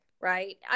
right